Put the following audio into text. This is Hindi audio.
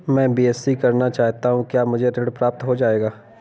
मैं बीएससी करना चाहता हूँ क्या मुझे ऋण प्राप्त हो जाएगा?